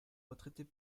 retraités